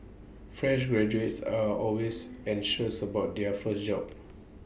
fresh graduates are always anxious about their first job